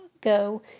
go